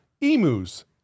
emus